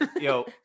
Yo